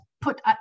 put